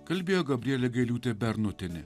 kalbėjo gabrielė gailiūtė bernotienė